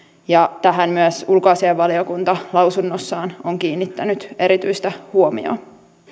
ja tähän myös ulkoasiainvaliokunta lausunnossaan on kiinnittänyt erityistä huomiota